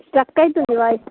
struck అయితుంది voice